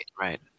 right